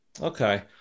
okay